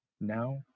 now